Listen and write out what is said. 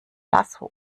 lasso